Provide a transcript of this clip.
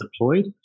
deployed